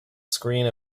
screen